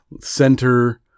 center